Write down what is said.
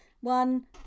one